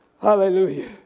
Hallelujah